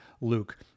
Luke